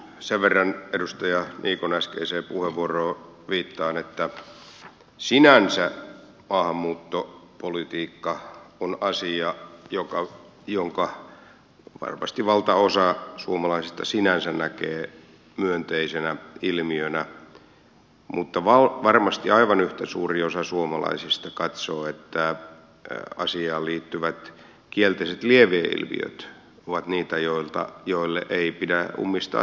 sen verran edustaja niikon äskeiseen puheenvuoroon viittaan että sinänsä maahanmuuttopolitiikka on asia jonka varmasti valtaosa suomalaisista sinänsä näkee myönteisenä ilmiönä mutta varmasti aivan yhtä suuri osa suomalaisista katsoo että asiaan liittyvät kielteiset lieveilmiöt ovat niitä joille ei pidä ummistaa silmiään